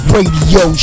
Radio